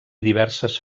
diverses